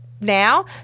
now